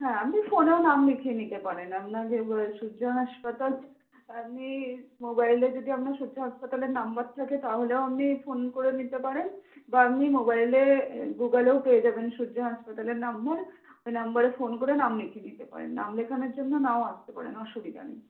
হ্যাঁ আপনি ফোনেও নাম লিখিয়ে নিতে পারেন আপনার যে সূর্য হাসপাতাল আপনি মোবাইলে যদি আপনার সূর্য হাসপাতালের নম্বর থাকে তাহলেও আপনি ফোন করে নিতে পারেন বা এমনি মোবাইলে গুগলেও পেয়ে যাবেন সূর্য হাসপাতালের নম্বর ওই নম্বরে ফোন করে নাম লিখিয়ে নিতে পারেন নাম লেখানোর জন্য নাও আসতে পারেন অসুবিধা নেই